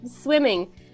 swimming